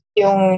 yung